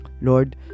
Lord